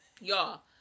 Y'all